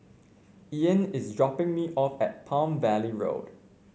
Ean is dropping me off at Palm Valley Road